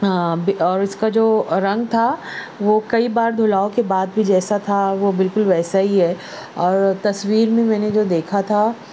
اور اس کا جو رنگ تھا وہ کئی بار دھلاؤ کے بعد بھی جیسا تھا وہ بالکل ویسا ہی ہے اور تصویر میں میں نے جو دیکھا تھا